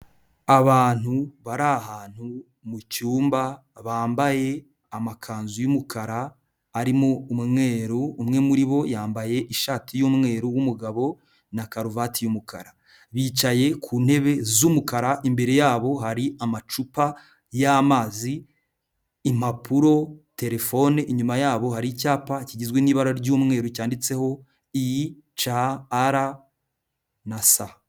Abantu bari ahantu mu cyumba, bambaye amakanzu y'umukara, arimo umweru, umwe muri bo yambaye ishati y'umweru w'umugabo na karuvati y'umukara, bicaye ku ntebe z'umukara, imbere yabo hari amacupa y'amazi, impapuro, telefone, nyuma yabo hari icyapa kigizwe n'ibara ry'umweru cyanditseho i c r na s.